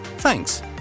Thanks